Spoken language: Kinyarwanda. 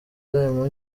kugaragaza